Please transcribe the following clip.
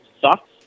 sucks